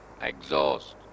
exhaust